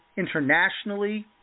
internationally